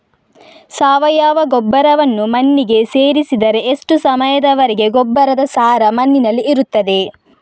ಸಾವಯವ ಗೊಬ್ಬರವನ್ನು ಮಣ್ಣಿಗೆ ಸೇರಿಸಿದರೆ ಎಷ್ಟು ಸಮಯದ ವರೆಗೆ ಗೊಬ್ಬರದ ಸಾರ ಮಣ್ಣಿನಲ್ಲಿ ಇರುತ್ತದೆ?